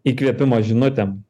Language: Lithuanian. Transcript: įkvėpimo žinutėm